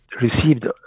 received